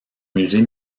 musée